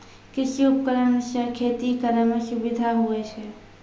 कृषि उपकरण से खेती करै मे सुबिधा हुवै छै